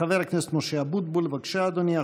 חבר הכנסת משה אבוטבול, בבקשה, אדוני.